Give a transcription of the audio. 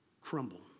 crumble